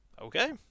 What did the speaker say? Okay